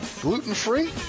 Gluten-free